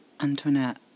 Antoinette